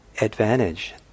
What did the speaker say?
advantage